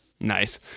Nice